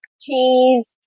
cheese